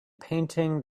painting